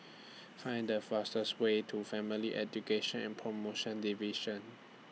Find The fastest Way to Family Education and promotion Division